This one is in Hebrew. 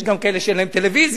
יש גם כאלה שאין להם טלוויזיה.